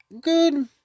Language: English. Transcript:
good